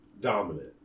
Dominant